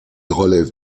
relève